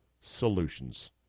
solutions